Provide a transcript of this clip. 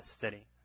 city